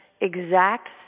exact